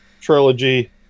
trilogy